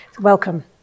Welcome